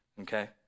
Okay